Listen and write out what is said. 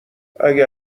اگه